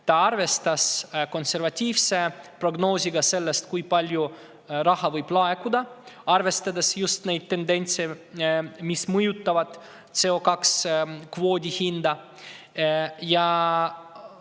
ta arvestas seetõttu konservatiivse prognoosiga selle kohta, kui palju raha võib laekuda, arvestades just neid tendentse, mis mõjutavad CO2-kvoodi hinda.